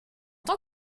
tant